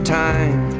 time